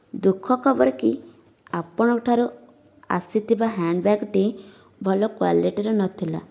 ଦୁଃଖ ଖବର କି ଆପଣଙ୍କ ଠାରୁ ଆସିଥିବା ହ୍ୟାଣ୍ଡବ୍ୟାଗଟି ଭଲ କ୍ଵାଲିଟିର ନଥିଲା